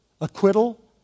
Acquittal